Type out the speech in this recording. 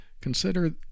consider